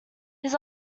his